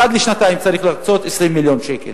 אחת לשנתיים צריך להקצות 20 מיליון שקל